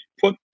put